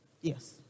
Yes